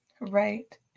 Right